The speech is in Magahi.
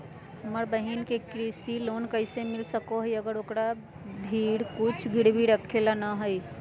हमर बहिन के कृषि लोन कइसे मिल सको हइ, अगर ओकरा भीर कुछ गिरवी रखे ला नै हइ?